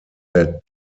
that